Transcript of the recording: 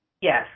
Yes